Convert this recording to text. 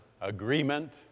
agreement